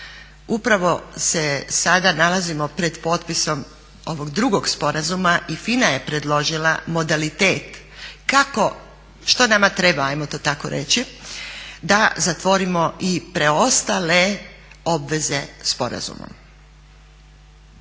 Upravo se sada nalazimo pred potpisom ovog drugog sporazuma i FINA je predložila modalitet kako, što nama treba hajmo to tako reći da zatvorimo i preostale obveze sporazuma.